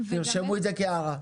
תרשמו את זה כהערה.